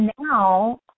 now